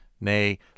nay